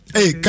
Hey